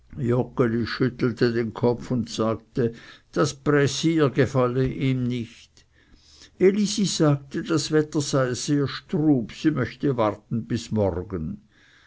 schüttelte den kopf und sagte das pressier gefalle ihm nicht elisi sagte das wetter sei sehr strub sie möchte warten bis morgen